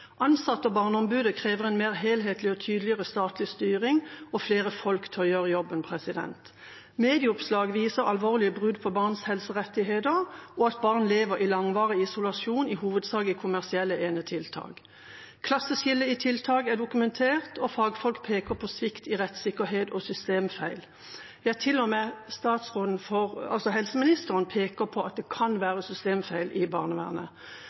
Ansatte og Barneombudet krever en mer helhetlig og tydeligere statlig styring og flere folk til å gjøre jobben. Medieoppslag viser alvorlige brudd på barns helserettigheter og at barn lever i langvarig isolasjon, i hovedsak i kommersielle enetiltak. Klasseskillet i tiltak er dokumentert, og fagfolk peker på svikt i rettssikkerhet og systemfeil – ja, til og med helseministeren peker på at det kan være systemfeil i barnevernet.